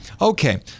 Okay